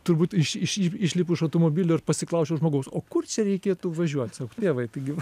turbūt iš iš išlipu iš automobilio ir pasiklausčiau žmogaus o kur čia reikėtų važiuot sako tėvai taigi va